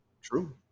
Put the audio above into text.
True